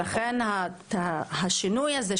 לכן השינוי הזה,